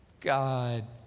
God